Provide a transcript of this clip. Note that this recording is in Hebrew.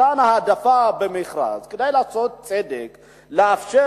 מתן העדפה במכרז כדי לעשות צדק ולאפשר